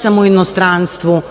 sam u inostranstvu